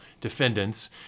defendants